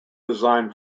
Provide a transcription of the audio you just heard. design